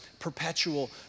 perpetual